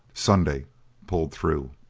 sunday pulled through.